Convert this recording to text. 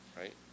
right